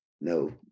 no